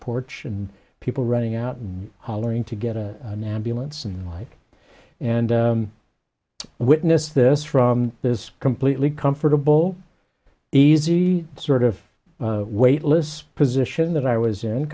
porch and people running out and hollering to get a namby lance and mike and witness this from this completely comfortable easy sort of weightless position that i was in